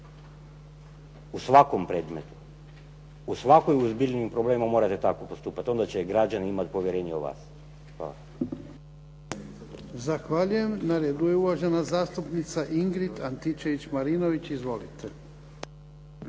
U svakom predmetu, u svakom ozbiljnijem problemu morate tako postupati. Onda će građani imati povjerenja u vas. Hvala.